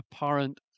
apparent